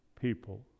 people